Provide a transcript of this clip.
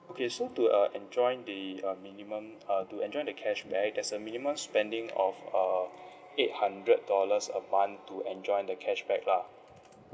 okay so to uh enjoy the uh minimum uh to enjoy the cashback has a minimum spending of uh eight hundred dollars a month to enjoy the cashback lah